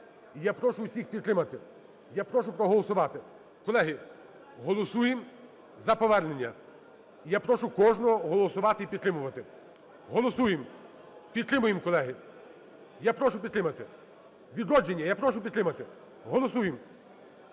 я прошу усіх підтримати. Я прошу проголосувати. Колеги, голосуємо за повернення. І я прошу кожного голосувати і підтримувати. Голосуємо. Підтримуємо, колеги. Я прошу підтримати. "Відродження", я прошу підтримати. Голосуємо.